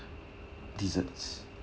desserts